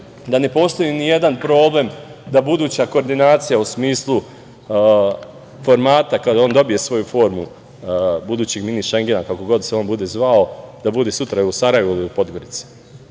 da ne postoji ni jedan problem da buduća koordinacija u smislu formata da on dobije svoju formu budućeg „mini Šengena“ kako god se on bude zvao, da bude sutra u Sarajevu ili u Podgorici.